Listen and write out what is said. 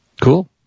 Cool